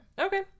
okay